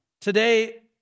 Today